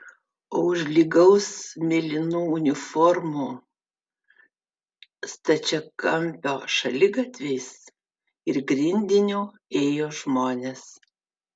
o už lygaus mėlynų uniformų stačiakampio šaligatviais ir grindiniu ėjo žmonės